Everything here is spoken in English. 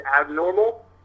abnormal